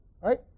Right